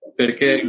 perché